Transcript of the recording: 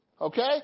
Okay